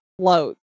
float